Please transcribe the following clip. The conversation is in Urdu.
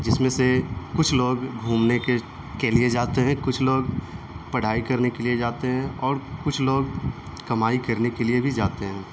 جس میں سے کچھ لوگ گھومنے کے کے لیے جاتے ہیں کچھ لوگ پڑھائی کرنے کے لیے جاتے ہیں اور کچھ لوگ کمائی کرنے کے لیے بھی جاتے ہیں